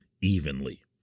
evenly